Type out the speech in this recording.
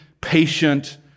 patient